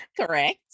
Correct